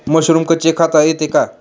Mushroom कच्चे खाता येते का?